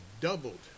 doubled